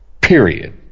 Period